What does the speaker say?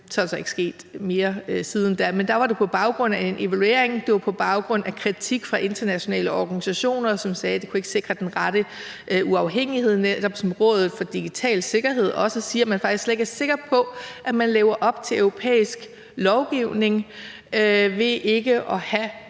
Så er der så ikke sket mere siden da, men der var det på baggrund af en evaluering, og det var på baggrund af kritik fra internationale organisationer, som sagde, at det ikke kunne sikre den rette uafhængighed. Og som Rådet for Digital Sikkerhed netop også siger, er man faktisk slet ikke sikker på, at man lever op til europæisk lovgivning ved ikke at have